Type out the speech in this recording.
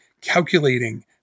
calculating